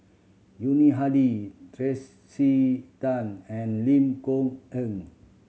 Yuni Hadi Trace C Tan and Lim Kok Ann